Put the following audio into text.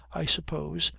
i suppose,